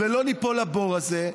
ולא ניפול לבור הזה.